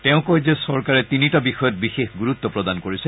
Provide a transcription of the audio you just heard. তেওঁ কয় যে চৰকাৰে তিনিটা বিষয়ত বিশেষ গুৰুত্ব প্ৰদান কৰিছে